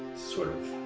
sort of.